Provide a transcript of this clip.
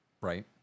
Right